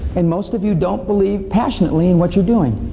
and most of you don't believe passionately in what you're doing.